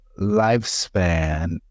lifespan